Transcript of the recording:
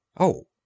Oh